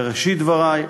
בראשית דברי.